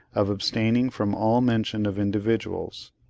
of abstaining from all mention of individuals.